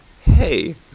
hey